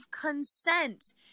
Consent